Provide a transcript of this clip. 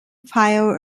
file